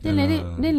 err